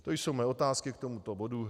To jsou mé otázky k tomuto bodu.